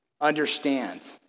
understand